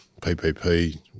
ppp